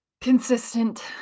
consistent